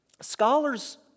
Scholars